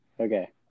Okay